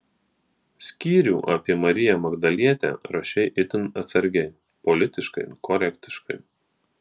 skyrių apie mariją magdalietę rašei itin atsargiai politiškai korektiškai